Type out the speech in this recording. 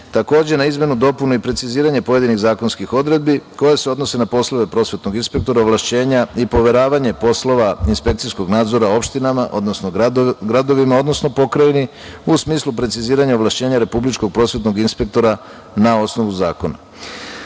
Takođe, izmene i dopune se odnose i na preciziranje pojedinih zakonskih odredbi koje se odnose na prosvetnog inspektora ovlašćenja i poveravanje poslova inspekcijskog nadzora opštinama, odnosno gradovima, odnosno pokrajinama u smislu preciziranja ovlašćenja republičkog prosvetnog inspektora na osnovu zakona.U